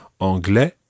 Anglais